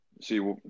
see